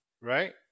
Right